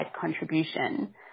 contribution